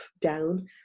down